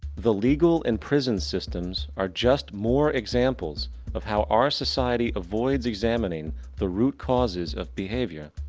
the legal and prison systems are just more examples of how our society avoids examining the root-causes of behavior.